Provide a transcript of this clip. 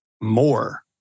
more